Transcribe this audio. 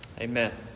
Amen